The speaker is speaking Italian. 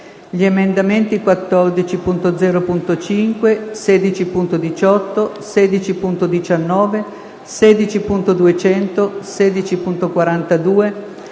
gli emendamenti 14.0.5, 16.18, 16.19, 16.200, 16.42,